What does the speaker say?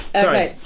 sorry